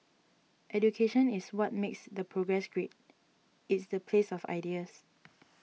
education is what makes the progress great it's the place of ideas